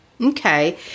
Okay